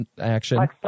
action